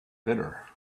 bitter